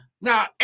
now